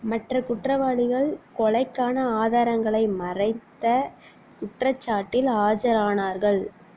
மற்ற குற்றவாளிகள் கொலைக்கான ஆதாரங்களை மறைத்த குற்றச்சாட்டில் ஆஜரானார்கள்